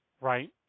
Right